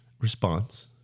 response